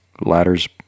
ladders